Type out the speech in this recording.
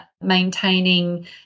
maintaining